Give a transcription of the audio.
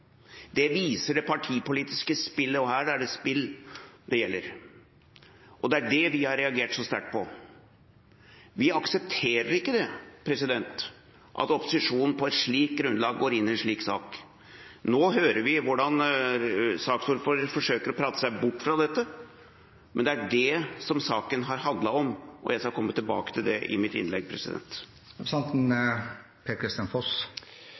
Det viser det partipolitiske spillet, og her er det et spill. Det er det vi har reagert så sterkt på. Vi aksepterer ikke at opposisjonen på et slikt grunnlag går inn i en slik sak. Nå hører vi hvordan saksordføreren forsøker å prate seg bort fra dette, men det er dette saken har handlet om, og jeg skal komme tilbake til det i mitt innlegg.